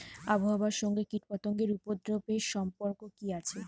আবহাওয়ার সঙ্গে কীটপতঙ্গের উপদ্রব এর সম্পর্ক কি আছে?